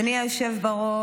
אדוני היושב-ראש.